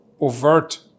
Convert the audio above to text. overt